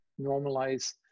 normalize